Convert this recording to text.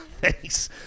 Thanks